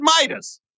Midas